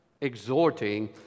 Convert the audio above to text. exhorting